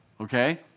okay